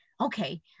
okay